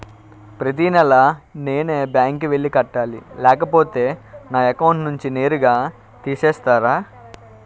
ప్రతి నెల నేనే బ్యాంక్ కి వెళ్లి కట్టాలి లేకపోతే నా అకౌంట్ నుంచి నేరుగా తీసేస్తర?